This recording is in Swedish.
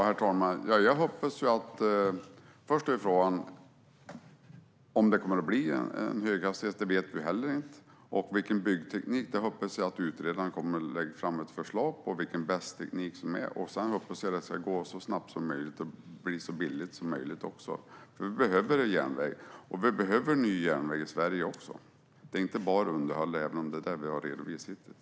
Herr talman! Först är frågan om det kommer att bli ett höghastighetståg. Det vet vi heller inte. När det gäller vilken byggteknik det ska bli hoppas jag att utredaren lägger fram ett förslag om bästa teknik. Sedan hoppas jag att det ska gå så snabbt som möjligt och bli så billigt som möjligt. Vi behöver också ny järnväg i Sverige. Det är inte bara underhåll, även om det är vad vi har redovisat hittills.